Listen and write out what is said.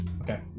Okay